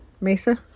Mesa